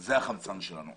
זה החמצן שלנו.